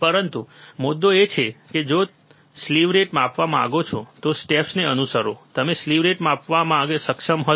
પરંતુ મુદ્દો એ છે કે જો તમે સ્લીવ રેટ માપવા માંગતા હો તો સ્ટેપ્સને અનુસરો અને તમે સ્લીવ રેટ માપવા માટે સક્ષમ હશો